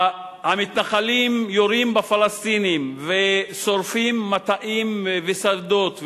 המתנחלים יורים בפלסטינים ושורפים מטעים ושדות,